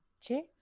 cheers